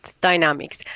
dynamics